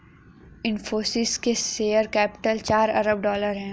इनफ़ोसिस का share capital चार अरब डॉलर है